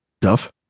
Duff